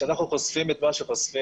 כשאנחנו חושפים את מה שחושפים,